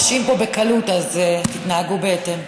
משעים פה בקלות, אז תתנהגו בהתאם.